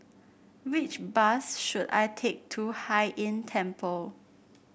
which bus should I take to Hai Inn Temple